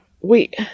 wait